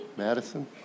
Madison